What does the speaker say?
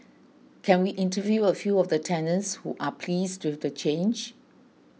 can we interview a few of the tenants who are pleased with the change